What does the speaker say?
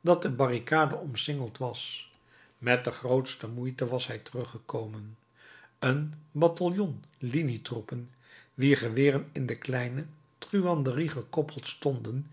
dat de barricade omsingeld was met de grootste moeite was hij teruggekomen een bataljon linietroepen wier geweren in de kleine truanderie gekoppeld stonden